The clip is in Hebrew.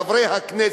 חברי הכנסת.